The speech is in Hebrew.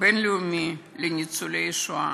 הבין-לאומי לזכר השואה.